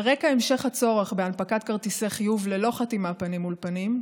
על רקע המשך הצורך בהנפקת כרטיסי חיוב ללא חתימה פנים מול פנים,